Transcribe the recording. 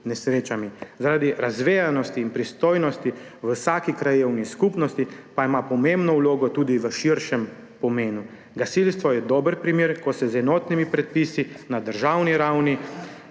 nesrečami, zaradi razvejanosti in pristojnosti v vsaki krajevni skupnosti pa ima pomembno vlogo tudi v širšem pomenu. Gasilstvo je dober primer, ko se z enotnimi predpisi na državni ravni